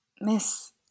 Miss